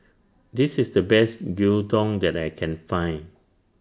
This IS The Best Gyudon that I Can Find